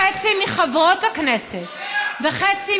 חצי מחברות הכנסת וחצי,